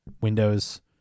windows